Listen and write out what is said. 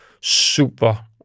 super